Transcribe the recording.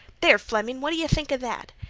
there, flemin', what d' yeh think a that?